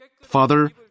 Father